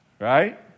right